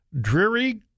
dreary